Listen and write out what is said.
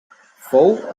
fou